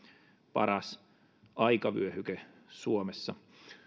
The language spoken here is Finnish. paras aikavyöhyke suomessa